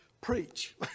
preach